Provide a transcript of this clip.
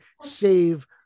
save